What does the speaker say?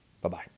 Bye-bye